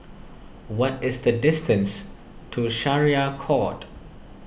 what is the distance to Syariah Court